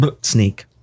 Sneak